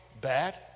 bad